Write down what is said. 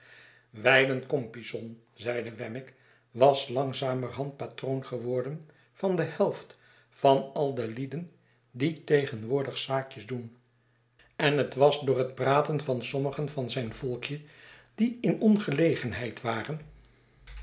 wijlen compeyson zeide wemmick was langzamerhand patroon geworden van de helft van al de lieden die tegenwoordig zaakjes doen en het was door het praten van sommigen van zijn volkje die in ongelegenheid waren